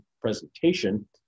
presentation